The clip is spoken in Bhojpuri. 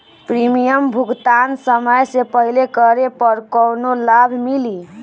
प्रीमियम भुगतान समय से पहिले करे पर कौनो लाभ मिली?